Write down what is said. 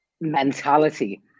mentality